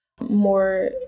more